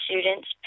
students